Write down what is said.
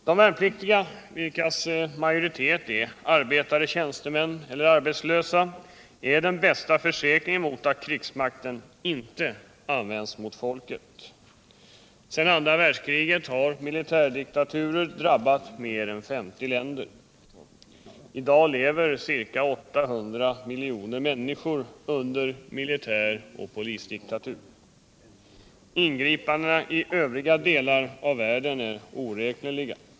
De värnpliktiga, vilkas majoritet är arbetare, tjänstemän eller arbetslösa, är den bästa försäkringen mot att krigsmakten inte används mot folket. Sedan andra världskriget har militärdiktature? drabbat mer än 50 länder. I dag lever ca 800 miljoner människor under militär och polisdiktatur. Ingripandena i övriga delar av världen är oräkneliga.